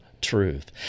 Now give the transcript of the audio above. Truth